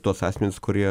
tuos asmenis kurie